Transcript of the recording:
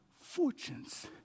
fortunes